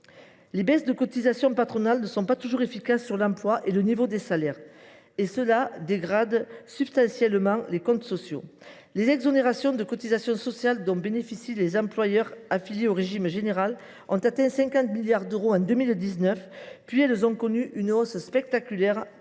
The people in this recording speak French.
les baisses de cotisations patronales ne sont pas toujours efficaces sur l’emploi et le niveau des salaires, alors qu’elles dégradent substantiellement les comptes sociaux. Les exonérations de cotisations sociales dont bénéficient les employeurs affiliés au régime général atteignaient 50 milliards d’euros en 2019. Elles ont ensuite connu une hausse spectaculaire de